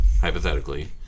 Hypothetically